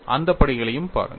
அந்த படிகளையும் பாருங்கள்